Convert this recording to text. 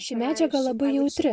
ši medžiaga labai jautri